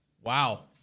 wow